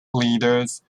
leaders